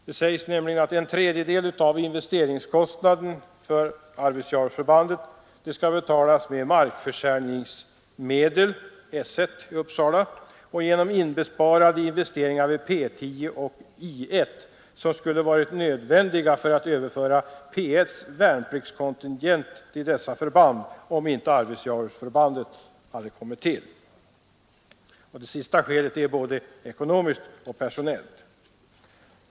Det sägs nämligen att en tredjedel av investeringskostnaden i Arvidsjaur skall betalas med medel från försäljning av mark vid S 1 i Uppsala och genom inbesparade investeringar vid P10 och I1 som skulle varit nödvändiga för att överföra P1:s värnpliktskontigent till dessa förband om inte Arvidsjaurförbandet hade kommit till. Det sista skälet är både ekonomiskt och personellt.